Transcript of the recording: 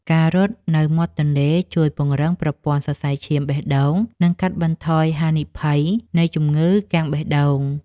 ការរត់នៅមាត់ទន្លេជួយពង្រឹងប្រព័ន្ធសរសៃឈាមបេះដូង និងកាត់បន្ថយហានិភ័យនៃជំងឺគាំងបេះដូង។